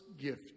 gift